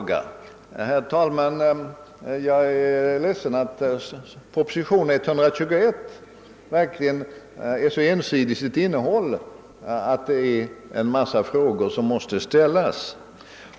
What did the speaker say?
Jag är, herr talman, ledsen över att proposition nr 121 verkligen är så ensidig till sitt innehåll, att det är en massa frågor som måste ställas.